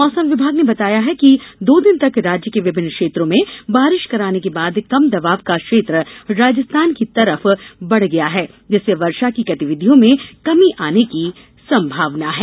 मौसम विभाग ने बताया है कि दो दिन तक राज्य के विभिन्न क्षेत्रों में बारिश कराने के बाद कम दबाव का क्षेत्र राजस्थान की तरफ बढ़ गया है जिससे वर्षा की गतिविधियों में कमी आने की संभावना है